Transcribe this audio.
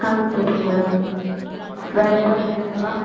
ஆ சரிங்க மேடம் வேறே ஏதாவது வேணுங்களா